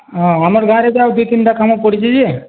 ହଁ ଆମର୍ ଗାଁରେ ତ ଦି ତିନ୍ଟା କାମ ପଡ଼ିଚି ଯେ